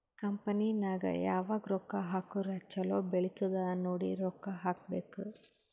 company ನಾಗ್ ಯಾವಾಗ್ ರೊಕ್ಕಾ ಹಾಕುರ್ ಛಲೋ ಬೆಳಿತ್ತುದ್ ನೋಡಿ ರೊಕ್ಕಾ ಹಾಕಬೇಕ್